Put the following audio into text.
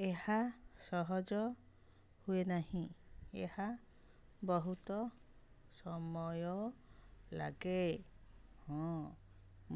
ଏହା ସହଜ ହୁଏ ନାହିଁ ଏହା ବହୁତ ସମୟ ଲାଗେ ହଁ